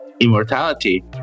immortality